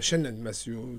šiandien mes jų